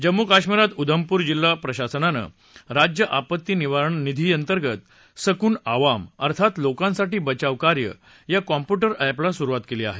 जम्मू कश्मीरात उधमपूर जिल्हा प्रशासनानं राज्य आपत्ती निवारण निधी अंतर्गत सकून अवाम अर्थात लोकांसाठी बचावकार्य या कॉम्प्युटर अप्रिमा सुरुवात केली आहे